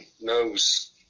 knows